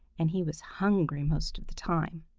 and he was hungry most of the time.